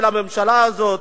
של הממשלה הזאת.